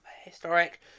historic